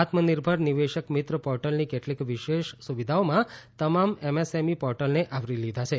આત્મનિર્ભર નિવેશક મિત્ર પોર્ટલની કેટલીક વિશેષ સુવિધાઓમાં તમામ એમએસએમઇ પોર્ટલને આવરી લીધા છે